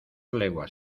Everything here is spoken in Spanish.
leguas